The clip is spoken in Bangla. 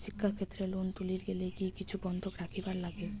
শিক্ষাক্ষেত্রে লোন তুলির গেলে কি কিছু বন্ধক রাখিবার লাগে?